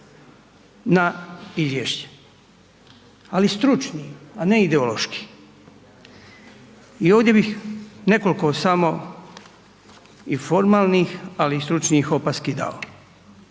na izvješće. Ali stručni a ne ideološki. I ovdje bih nekoliko samo i formalnih ali i stručnih opasni dao.